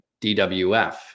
DWF